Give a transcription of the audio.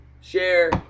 share